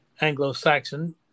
Anglo-Saxon